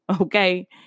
Okay